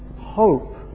hope